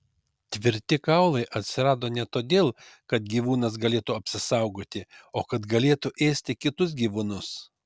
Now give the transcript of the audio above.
tvirti kaulai atsirado ne todėl kad gyvūnas galėtų apsisaugoti o kad galėtų ėsti kitus gyvūnus